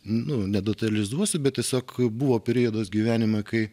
nu nedetalizuosiu bet tiesiog buvo periodas gyvenime kai